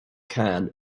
can